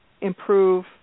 improve